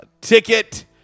Ticket